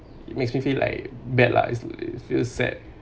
it makes me feel like bad lah it it feels sad